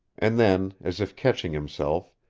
and then, as if catching himself,